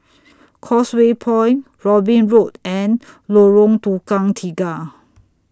Causeway Point Robin Road and Lorong Tukang Tiga